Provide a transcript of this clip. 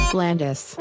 Blandis